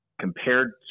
compared